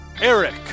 Eric